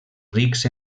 rics